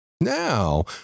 Now